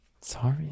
Sorry